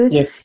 Yes